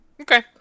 Okay